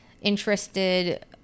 interested